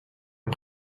een